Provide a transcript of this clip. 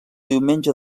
diumenge